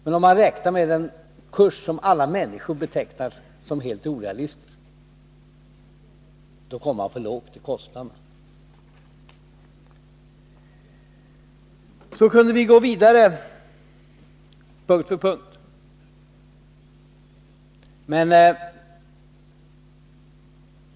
Men om man räknar med en kurs som alla människor betecknar som helt orealistisk, då kommer man till för låga kostnader. Så kunde vi gå vidare punkt för punkt.